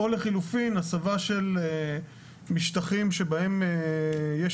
או לחילופין הסבה של משטחים שבהם יש